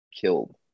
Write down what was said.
killed